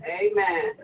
amen